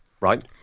right